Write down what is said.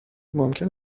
ممکن